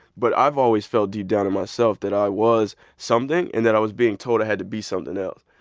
but i've always felt deep down in myself that i was something and that i was being told i had to be something else.